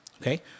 okay